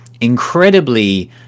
incredibly